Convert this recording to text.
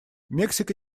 мексика